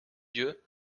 dieu